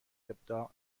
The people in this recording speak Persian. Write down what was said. ابداع